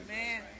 Amen